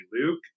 Luke